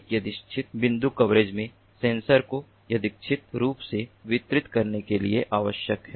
एक यादृच्छिक बिंदु कवरेज में सेंसर को यादृच्छिक रूप से वितरित करने के लिए आवश्यक है